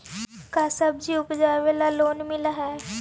का सब्जी उपजाबेला लोन मिलै हई?